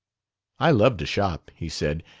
i love to shop, he said,